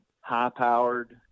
high-powered